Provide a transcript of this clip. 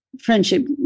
friendship